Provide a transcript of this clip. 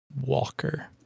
Walker